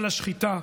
"על השחיטה",